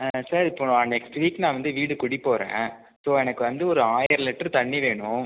sir இப்போது நான் next week நான் வந்து வீடு குடிப்போகிறேன் ஸோ எனக்கு வந்து ஒரு ஆயிரம் லிட்டர் தண்ணி வேணும்